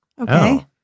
Okay